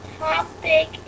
topic